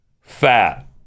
fat